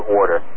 order